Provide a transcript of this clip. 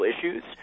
issues